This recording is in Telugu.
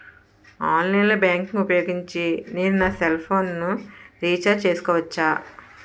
ఆన్లైన్ బ్యాంకింగ్ ఊపోయోగించి నేను నా సెల్ ఫోను ని రీఛార్జ్ చేసుకోవచ్చా?